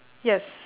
yes